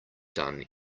done